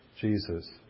Jesus